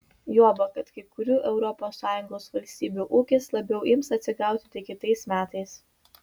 juoba kad kai kurių europos sąjungos valstybių ūkis labiau ims atsigauti tik kitais metais